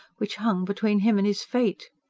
which hung between him and his fate.